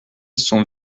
son